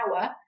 hour